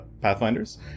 Pathfinders